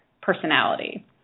personality